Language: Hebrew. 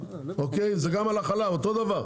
זה גם על החלב, אותו דבר.